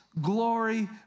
glory